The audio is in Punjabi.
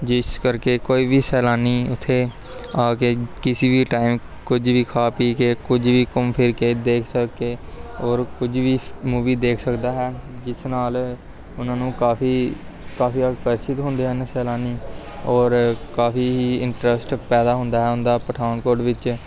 ਜਿਸ ਕਰਕੇ ਕੋਈ ਵੀ ਸੈਲਾਨੀ ਉੱਥੇ ਆ ਕੇ ਕਿਸੀ ਵੀ ਟਾਈਮ ਕੁਝ ਵੀ ਖਾ ਪੀ ਕੇ ਕੁਝ ਵੀ ਘੁੰਮ ਫਿਰ ਕੇ ਦੇਖ ਸਕੇ ਔਰ ਕੁਝ ਵੀ ਮੂਵੀ ਦੇਖ ਸਕਦਾ ਹੈ ਜਿਸ ਨਾਲ ਉਹਨਾਂ ਨੂੰ ਕਾਫੀ ਕਾਫੀ ਆਕਰਸ਼ਿਤ ਹੁੰਦੇ ਹਨ ਸੈਲਾਨੀ ਔਰ ਕਾਫੀ ਇੰਟਰਸਟ ਪੈਦਾ ਹੁੰਦਾ ਹੈ ਉਹਨਾਂ ਦਾ ਪਠਾਨਕੋਟ ਵਿੱਚ